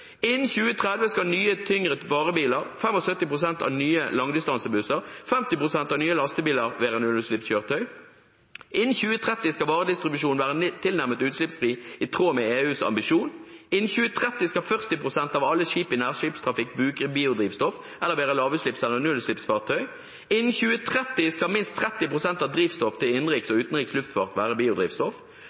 Innen 2030 skal nye tyngre varebiler, 75 pst. av nye langdistansebusser og 50 pst. av nye lastebiler være nullutslippskjøretøy. Innen 2030 skal varedistribusjonen være tilnærmet utslippsfri, i tråd med EUs ambisjon. Innen 2030 skal 40 pst. av alle skip i nærskipstrafikk bruke biodrivstoff eller være lavutslipps- eller nullutslippsfartøy. Innen 2030 skal minst 30 pst. av drivstoff til innenriks og utenriks luftfart være biodrivstoff.